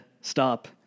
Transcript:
stop